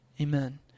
Amen